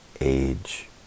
age